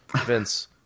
Vince